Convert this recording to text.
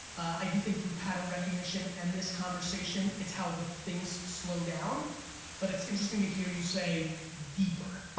i do think through pattern recognition and this conversation, it's how the things slow down but it's interesting to hear you say deeper.